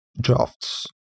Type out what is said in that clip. Drafts